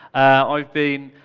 i've been.